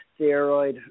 steroid